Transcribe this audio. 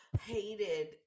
hated